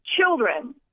children